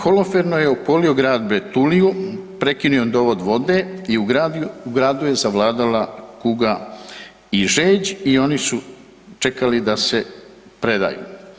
Holoferno je opkolio grad Betuliju, prekinuo dovod vode i u gradu je zavladala kuga i žeđ i oni su čekali da se predaju.